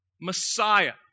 Messiah